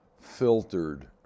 filtered